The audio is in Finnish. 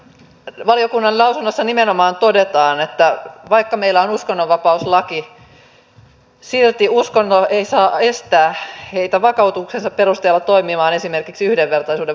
valiokunnan lausunnossa nimenomaan todetaan että vaikka meillä on uskonnonvapauslaki silti uskonto ei saa estää vakaumuksen perusteella toimimaan esimerkiksi yhdenvertaisuuden vastaisesti